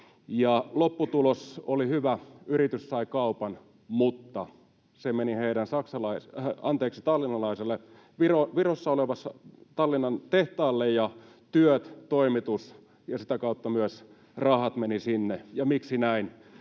Lopputulos oli hyvä: yritys sai kaupan. Mutta se meni heidän Virossa olevalle Tallinnan tehtaalle — työt, toimitus ja sitä kautta myös rahat menivät sinne. Ja miksi näin?